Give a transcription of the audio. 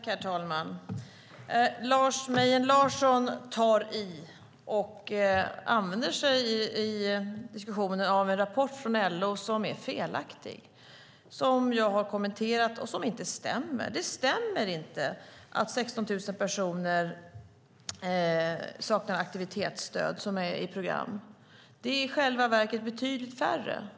Herr talman! Lars Mejern Larsson tar i och använder sig i diskussionen av en rapport från LO som är felaktig. Jag har kommenterat den, och den stämmer inte. Det stämmer inte att 16 000 personer som är i program saknar aktivitetsstöd. Det är i själva verket betydligt färre.